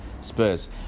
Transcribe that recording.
Spurs